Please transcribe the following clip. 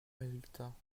résultats